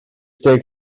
deg